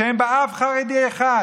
שאין בה אף חרדי אחד,